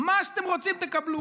מה שאתם רוצים תקבלו.